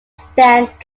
stand